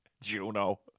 Juno